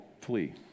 flee